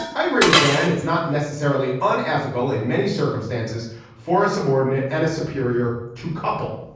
i agree with dan it's not necessarily unethical in many circumstances for a subordinate and a superior to couple.